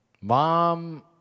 mom